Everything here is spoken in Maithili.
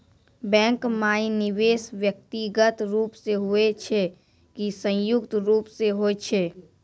बैंक माई निवेश व्यक्तिगत रूप से हुए छै की संयुक्त रूप से होय छै?